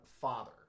father